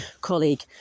colleague